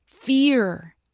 fear